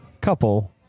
couple